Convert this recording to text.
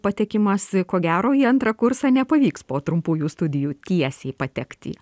patekimas ko gero į antrą kursą nepavyks po trumpųjų studijų tiesiai patekti